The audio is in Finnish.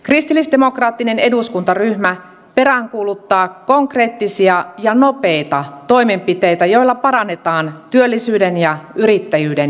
kristillisdemokraattinen eduskuntaryhmä peräänkuuluttaa konkreettisia ja nopeita toimenpiteitä joilla parannetaan työllisyyden ja yrittäjyyden edellytyksiä